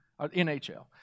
NHL